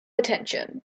attention